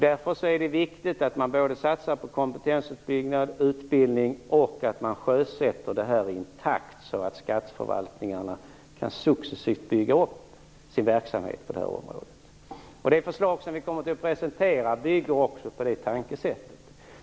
Därför är det viktigt att man både satsar på kompetensutbyggnad och utbildning och att man sjösätter det här i en sådan takt att skatteförvaltningarna successivt kan bygga upp sin verksamhet på det här området. Det förslag vi kommer att presentera bygger också på det tankesättet.